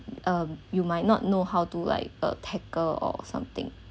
um you might not know how to like uh tackle or something